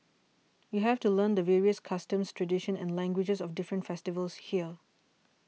you have to learn the various customs tradition and languages of different festivals here